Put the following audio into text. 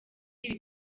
ibi